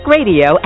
Radio